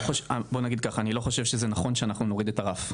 אני לא חושב שזה נכון שאנחנו נוריד את הרף,